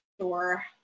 sure